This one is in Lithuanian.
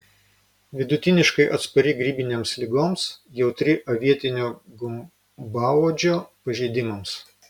vidutiniškai atspari grybinėms ligoms jautri avietinio gumbauodžio pažeidimams